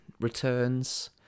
Returns